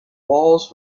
walls